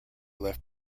left